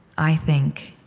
i think